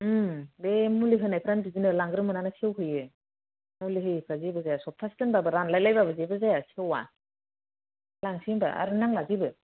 बे मुलि होनायफ्रानो बिदिनो लांग्रो मोना नो सेवहैयो मुलि होयैफ्रा सेवा सफ्थासे दोनबाबो रानलाय लायबाबो जेबो जाया सेवा लांसै होनब्ला आरो नांला जेबो